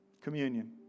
Communion